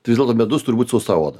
tai vis dėlto medus turi būt sausa oda